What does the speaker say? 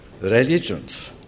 religions